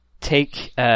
take